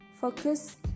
focus